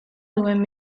duen